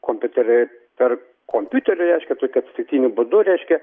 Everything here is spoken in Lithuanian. kompiuterį per kompiuteriu reiškia tokiu atsitiktiniu būdu reiškia